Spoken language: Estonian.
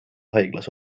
haiglas